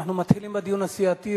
אנחנו מתחילים בדיון הסיעתי.